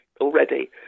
already